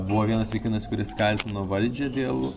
buvo vienas vaikinas kuris kaltino valdžią dėl